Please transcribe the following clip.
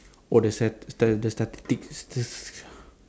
oh the stat~ stat~ the